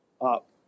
up